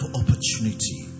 opportunity